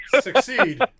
succeed